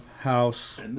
house